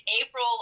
April